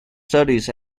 studies